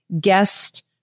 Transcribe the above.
guest